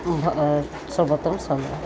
ସର୍ବୋତମ ସମୟ